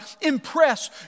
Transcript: impress